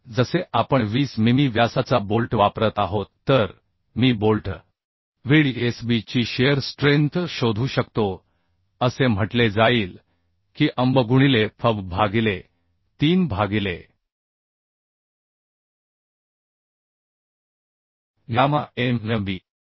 तर जसे आपण 20 मिमी व्यासाचा बोल्ट वापरत आहोत तर मी बोल्ट VDSB ची शिअर स्ट्रेंथ शोधू शकतो असे म्हटले जाईल की anbगुणिले fub भागिले 3 भागिले गॅमा mmb